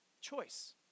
choice